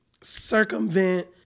circumvent